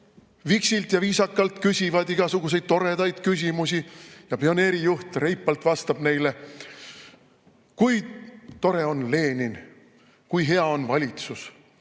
viksilt ja viisakalt küsivad igasuguseid toredaid küsimusi ja pioneerijuht reipalt vastab neile, kui tore on Lenin, kui hea on valitsus